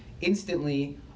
instantly